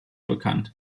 bekannt